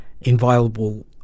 inviolable